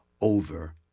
Over